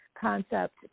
concept